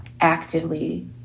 actively